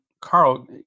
Carl